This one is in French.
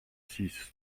six